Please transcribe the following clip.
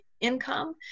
income